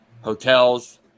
hotels